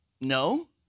No